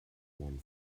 one